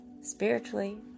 spiritually